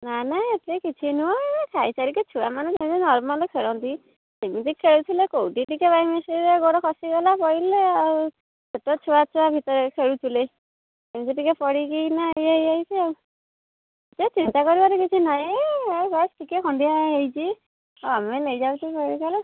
ନା ନା ଏତେ କିଛି ନୁହଁ ଇଏ ଖାଇସାରିକି ଛୁଆମାନେ ଯେମିତି ନର୍ମାଲ ଖେଳନ୍ତି ସେମିତି ଖେଳୁଥିଲେ କେଉଁଠି ଟିକେ ବାଇମିଷ୍ଟେକ୍ରେ ଗୋଡ଼ ଖସିଗଲା ପଡ଼ିଲେ ଆଉ ଛୋଟ ଛୁଆ ଛୁଆ ଭିତରେ ଖେଳୁଥିଲେ କେମିତି ଟିକେ ପଡ଼ିକିନା ଇଏ ହେଇଯାଇଛି ଆଉ ସେ ଚିନ୍ତା କରିବାର କିଛି ନାଇଁ ଏ ଜଷ୍ଟ ଟିକେ ଖଣ୍ଡିଆ ହେଇଛି ଆମେ ନେଇଯାଉଛୁ ମେଡ଼ିକାଲ୍